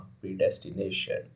predestination